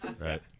right